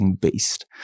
beast